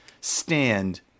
stand